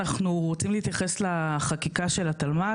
אנחנו רוצים להתייחס לחקיקה של התלמ"ת,